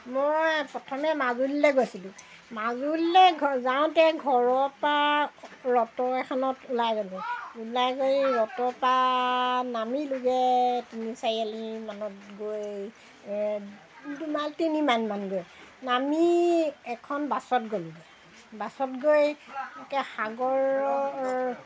মই প্ৰথমে মাজুলীলৈ গৈছিলোঁ মাজুলীলৈ ঘ যাওঁতে ঘৰৰ পৰা অটো এখনত ওলাই গ'লোঁ ওলাই গৈ অটোৰ পৰা নামিলোঁগৈ তিনি চাৰিআলি মানত গৈ দুমাইল তিনি মাইলমান গৈ নামি এখন বাছত গ'লোঁগৈ বাছত গৈ একে সাগৰৰ